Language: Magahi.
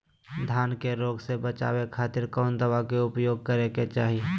धान के रोग से बचावे खातिर कौन दवा के उपयोग करें कि चाहे?